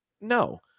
No